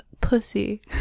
pussy